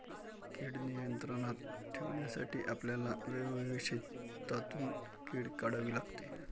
कीड नियंत्रणात ठेवण्यासाठी आपल्याला वेळोवेळी शेतातून कीड काढावी लागते